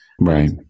Right